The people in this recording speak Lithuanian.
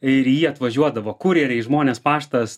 ir į jį atvažiuodavo kurjeriai žmonės paštas